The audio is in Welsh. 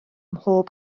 mhob